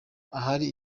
ahari